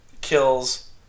kills